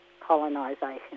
colonisation